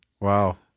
Wow